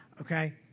Okay